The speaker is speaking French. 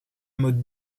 mode